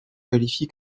qualifie